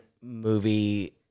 movie